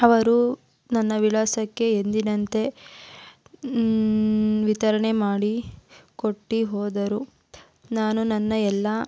ಅವರು ನನ್ನ ವಿಳಾಸಕ್ಕೆ ಎಂದಿನಂತೆ ವಿತರಣೆ ಮಾಡಿ ಕೊಟ್ಟುಹೋದರು ನಾನು ನನ್ನ ಎಲ್ಲ